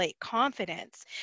confidence